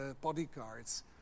bodyguards